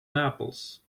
napels